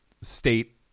state